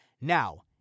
Now